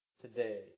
today